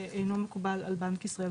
שאינו מקובל על בנק ישראל,